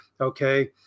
okay